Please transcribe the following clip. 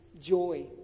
joy